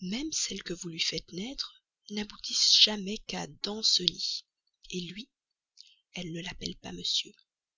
même celles que vous lui faites naître n'aboutissent jamais qu'à danceny lui elle ne l'appelle pas monsieur